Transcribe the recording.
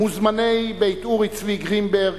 מוזמני בית אורי צבי גרינברג,